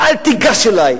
אל תיגש אלי,